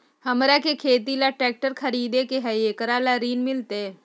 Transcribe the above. हमरा के खेती ला ट्रैक्टर खरीदे के हई, एकरा ला ऋण मिलतई?